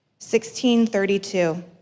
16-32